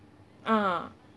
uh